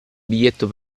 biglietto